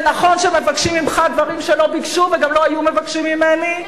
ונכון שמבקשים ממך דברים שלא ביקשו וגם לא היו מבקשים ממני,